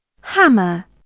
hammer